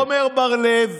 ועמר בר לב,